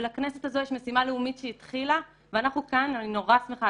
ולכנסת הזו יש משימה לאומית שהיא התחילה ואנחנו כאן - אני נורא שמחה,